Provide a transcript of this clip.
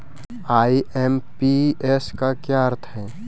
IMPS का क्या अर्थ है?